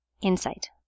insight